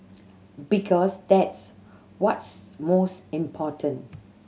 because that's what's most important